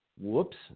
Whoops